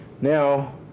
Now